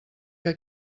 que